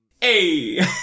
Hey